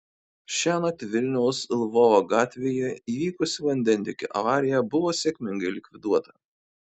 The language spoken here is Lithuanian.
šiąnakt vilniaus lvovo gatvėje įvykusi vandentiekio avarija buvo sėkmingai likviduota